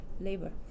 labor